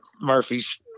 Murphy's